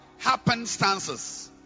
happenstances